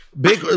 Big